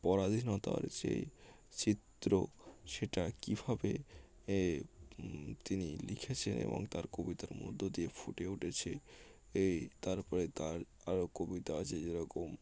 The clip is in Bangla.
পরাধীনতার যে চিত্র সেটা কীভাবে এ তিনি লিখেছেন এবং তার কবিতার মধ্য দিয়ে ফুটে উঠেছে এই তার পরে তার আরও কবিতা আছে যেরকম